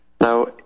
Now